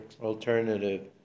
alternative